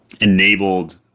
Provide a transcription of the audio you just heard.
enabled